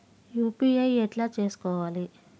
UPI ఎట్లా చేసుకోవాలి?